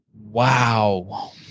Wow